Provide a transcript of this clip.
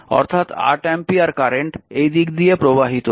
অর্থাৎ 8 ampere current এই দিক দিয়ে প্রবাহিত হচ্ছে